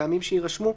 מטעמים שיירשמו,